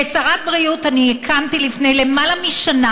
כשרת הבריאות אני הקמתי לפני יותר משנה